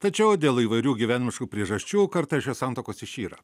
tačiau dėl įvairių gyvenimiškų priežasčių kartais šios santuokos išyra